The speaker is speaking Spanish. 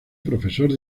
profesor